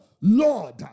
Lord